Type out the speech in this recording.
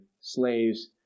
slaves